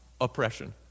oppression